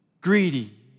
greedy